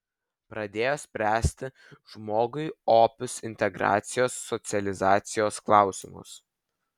pradėjo spręsti žmogui opius integracijos socializacijos klausimus